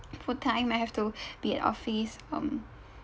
full time I have to be at office um